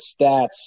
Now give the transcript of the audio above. stats